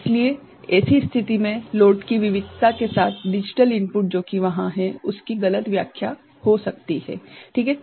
इसलिए ऐसी स्थिति में लोड की विविधता के साथ डिजिटल इनपुट जो की वहाँ है उसकी गलत व्याख्या हो सकती है ठीक है